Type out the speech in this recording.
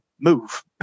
move